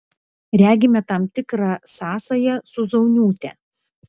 regime tam tikrą sąsają su zauniūte